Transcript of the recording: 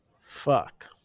Fuck